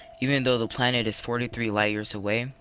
even though the planet is forty three light years away,